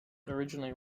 originally